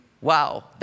wow